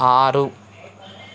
ఆరు